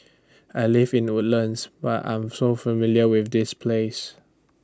I live in Woodlands but I'm so familiar with this place